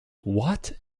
what